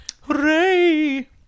Hooray